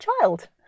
child